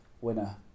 winner